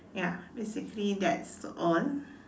ya basically that's all